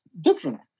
different